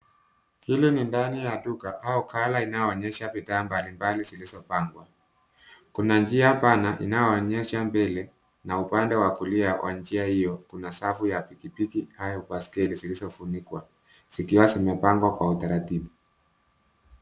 Hili ni ndani ya duka au gala inayoonyesha bidhaa mbalimbali zilizo pangwa. Kuna njia pana inayoonyesha mbele na upande wa kulia wa njia hiyo kuna safu za pikipiki au baiskeli zilizo funikwa zikiwa zimepangwa kwa utaratibu.